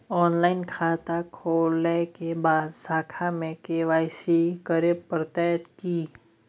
Online खाता खोलै के बाद शाखा में के.वाई.सी करे परतै की?